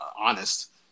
honest